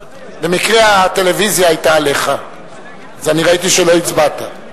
במקרה הטלוויזיה היתה עליך אז אני ראיתי שלא הצבעת.